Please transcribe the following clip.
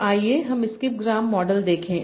तो आइए हम स्किप ग्राम मॉडल देखें